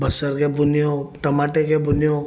बसरि खे भुञियो टमाटे खे भुञियो